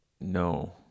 No